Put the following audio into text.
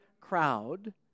crowd